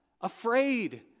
afraid